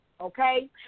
okay